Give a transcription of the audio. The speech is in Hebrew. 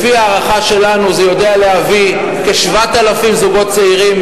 לפי הערכה שלנו זה יוכל להביא כ-7,000 זוגות צעירים,